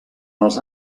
els